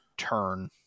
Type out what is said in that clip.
turn